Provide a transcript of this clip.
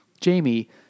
Jamie